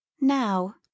Now